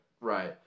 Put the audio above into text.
Right